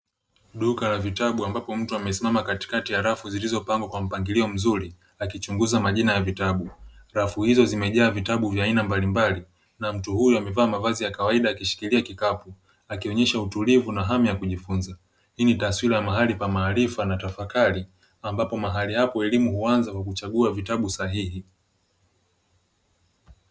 Duka la vitabu ambapo mtu amesimama katikati ya rafu zilizopangwa kwa mpangilio mzuri akichunguza majina ya vitabu. Rafu hizo zimejaa vitabu ya aina mbalimbali na mtu huyo amevaa mavazi ya kawaida akishikilia kikapu, akionyesha utulivu na hamu ya kujifunza. Hii ni taswira ya mahali pa maarifa na tafakari ambapo mahali hapo elimu huanza kwa kuchagua vitabu sahihi.